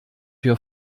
wir